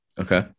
Okay